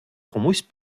комусь